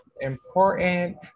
important